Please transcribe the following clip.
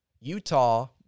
Utah